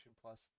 Plus